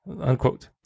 Unquote